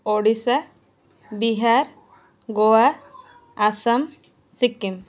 Odisha Bihar Goa Assam Sikkim